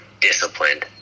disciplined